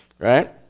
Right